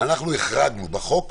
החרגנו בחוק.